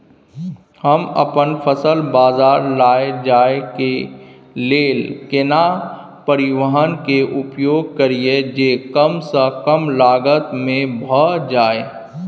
हम अपन फसल बाजार लैय जाय के लेल केना परिवहन के उपयोग करिये जे कम स कम लागत में भ जाय?